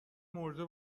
مرده